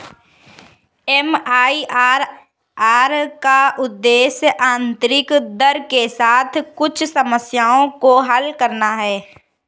MIRR का उद्देश्य आंतरिक दर के साथ कुछ समस्याओं को हल करना है